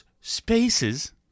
spaces